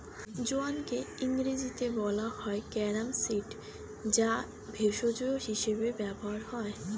জোয়ানকে ইংরেজিতে বলা হয় ক্যারাম সিড যা ভেষজ হিসেবে ব্যবহৃত হয়